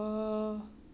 没有啦